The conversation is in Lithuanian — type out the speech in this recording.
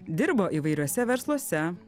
dirbo įvairiuose versluose